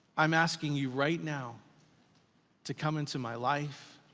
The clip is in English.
i'm asking you right now to come into my life